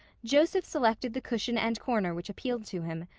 joseph selected the cushion and corner which appealed to him,